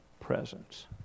presence